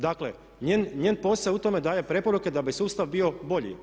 Dakle njen posao je u tome da daje preporuke da bi sustav bio bolji.